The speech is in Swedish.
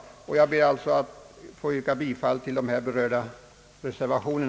Jag ber alltså, herr talman, att få yrka bifall till här berörda reservationer.